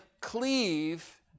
cleave